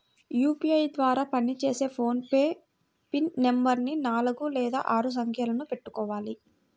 UPI ద్వారా పనిచేసే PhonePe PIN నెంబరుని నాలుగు లేదా ఆరు సంఖ్యలను పెట్టుకోవాలి